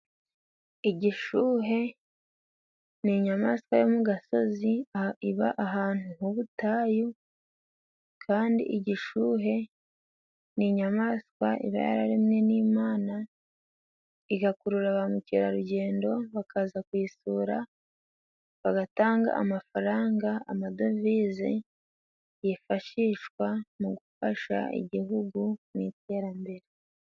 Igishuhe ni inyamaswa yo mu gasozi iba ahantu h'ubutayu, kandi igishuhe ni inyamaswa iba yararemwe n'Imana igakurura ba mukerarugendo, bakaza kuyisura bagatanga amafaranga, amadovize yifashishwa mu gufasha igihugu mu iterambere.